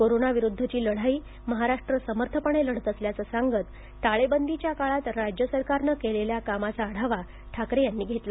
कोरोनाविरुद्धची लढाई महाराष्ट्र समर्थपणे लढत असल्याचं सांगत टाळेबंदीच्या काळात राज्य सरकारनं केलेल्या कामाचा आढावा ठाकरे यांनी घेतला